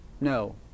No